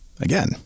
again